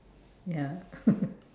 ya